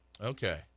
Okay